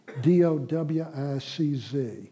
D-O-W-I-C-Z